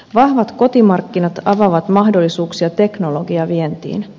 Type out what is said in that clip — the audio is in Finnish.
vahvat kotimarkkinat avaavat mahdollisuuksia teknologiavientiin